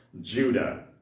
Judah